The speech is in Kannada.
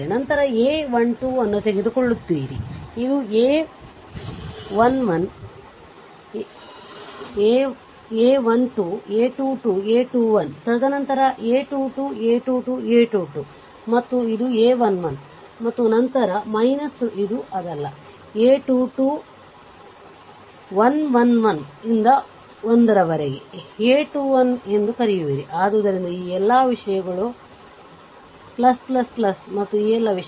ನಂತರ a 1 2 ಅನ್ನು ತೆಗೆದುಕೊಳ್ಳುತ್ತೀರಿ ಇದು a a 1 2 a 2 2 a 2 1 ತದನಂತರ a 2 2 a 2 2 a 2 2 ಮತ್ತು ಇದು a 1 1 ಮತ್ತು ನಂತರ ಇದು ಅದಲ್ಲ a 2 2 1 1 1 ಇಂದ 1 ವರೆಗೆ a 21 ಎಂದು ಕರೆಯುವಿರಿ ಆದ್ದರಿಂದ ಈ ಎಲ್ಲಾ ವಿಷಯಗಳು ಮತ್ತು ಈ ಎಲ್ಲಾ ವಿಷಯಗಳು